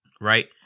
right